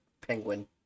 penguin